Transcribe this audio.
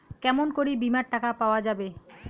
কেমন করি বীমার টাকা পাওয়া যাবে?